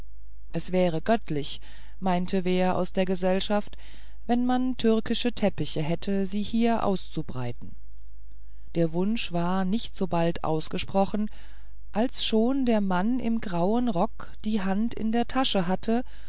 es wäre göttlich meinte wer aus der gesellschaft wenn man türkische teppiche hätte sie hier auszubreiten der wunsch war nicht sobald ausgesprochen als schon der mann im grauen rock die hand in der tasche hatte